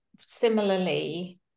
similarly